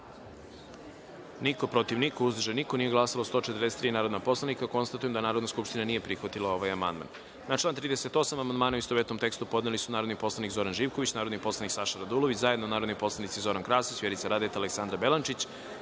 protiv – niko, uzdržanih – niko, nije glasalo 141 narodni poslanik. Konstatujem da Narodna skupština nije prihvatila ovaj amandman. Na član 3. amandmane, u istovetnom tekstu, podneli su narodni poslanik Zoran Živković, narodni poslanik Saša Radulović, zajedno narodni poslanici Zoran Krasić, Vjerica Radeta i Dubravko Bojić,